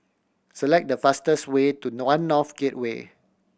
select the fastest way to One North Gateway